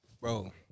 Bro